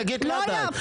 תגיד לה די.